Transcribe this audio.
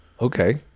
Okay